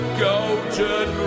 golden